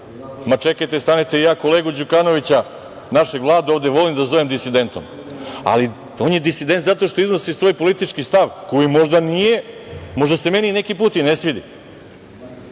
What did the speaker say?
Čekajte, ja kolegu Đukanovića, našeg Vladu, volim da zovem disidentom. On je disident zato što iznosi svoj politički stav koji se možda meni neki put i ne svidi,